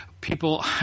people